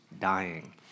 dying